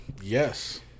yes